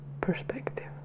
perspective